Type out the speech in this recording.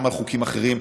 גם על חוקים אחרים.